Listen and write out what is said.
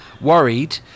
worried